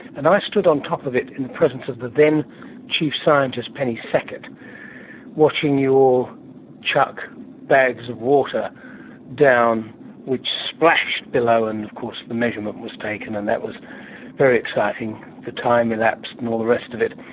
and i stood on top of it in the presence of the then chief scientist penny sackett watching you all chuck bags of water down which splashed below and of course the measurement was taken and that was very exciting, the time elapsed and all the rest of it.